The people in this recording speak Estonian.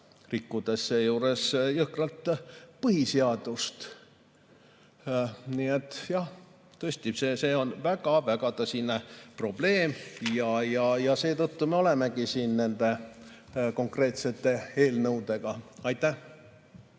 rikkudes seejuures jõhkralt põhiseadust. Nii et jah, tõesti, see on väga-väga tõsine probleem. Seetõttu me olemegi siin nende konkreetsete eelnõudega. Aitäh!